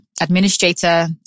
administrator